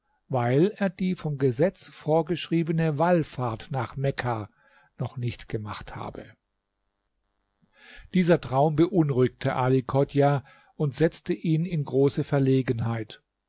weil er die vom gesetz vorgeschriebene wallfahrt nach mekka noch nicht gemacht habe dieser traum beunruhigte ali chodjah und setzte ihn in große verlegenheit